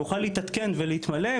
והוא יוכל להתעדכן ולהתמלא,